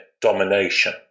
domination